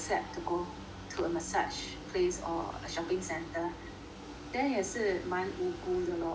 to a massage place or a shopping centre then 也是蛮无辜的 lor